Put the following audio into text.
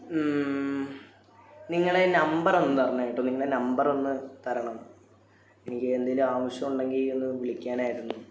നിങ്ങളുടെ നമ്പർ ഒന്ന് തരണം കേട്ടോ നിങ്ങൾ നമ്പർ ഒന്ന് തരണം എനിക്ക് എന്തെങ്കിലും ആവശ്യമുണ്ടെങ്കിൽ ഒന്ന് വിളിക്കാനായിരുന്നു